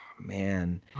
man